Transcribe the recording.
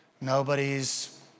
Nobody's